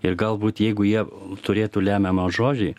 ir galbūt jeigu jie turėtų lemiamą žodį